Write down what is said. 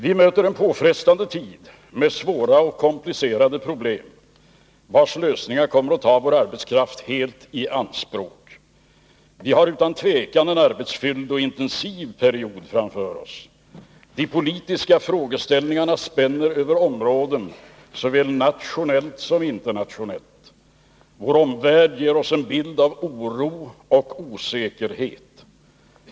Vi möter nu en påfrestande tid med svåra och komplicerade problem, vars lösningar kommer att ta vår arbetskraft helt i anspråk. Vi har utan tvivel en arbetsfylld och intensiv period framför oss. De politiska frågeställningarna spänner över områden såväl nationellt som internationellt. Vår omvärld ger oss en bild av oro och osäkerhet.